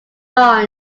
gone